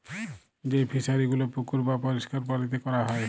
যেই ফিশারি গুলো পুকুর বাপরিষ্কার পালিতে ক্যরা হ্যয়